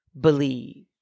believe